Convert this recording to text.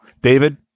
david